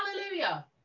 Hallelujah